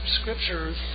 scriptures